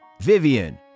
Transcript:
Vivian